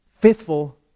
Faithful